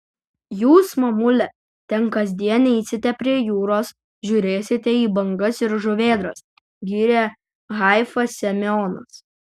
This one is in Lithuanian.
jūs mamule ten kasdien eisite prie jūros žiūrėsite į bangas ir žuvėdras gyrė haifą semionas